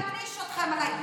תתביישו לכם.